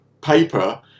paper